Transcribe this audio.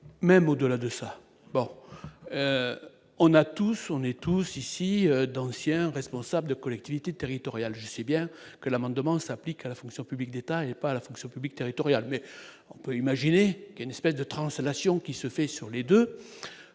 on a tous, on est tous ici dans l'ancien responsable de collectivité territoriale, je sais bien que l'amendement s'applique à la fonction publique d'État et n'est pas la fonction publique territoriale, mais on peut imaginer qu'il ne se passe de translation qui se fait sur les 2,